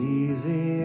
easy